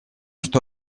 что